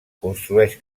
construeix